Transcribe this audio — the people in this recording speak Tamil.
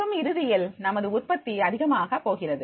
மற்றும் இறுதியில் நமது உற்பத்தி அதிகமாக போகிறது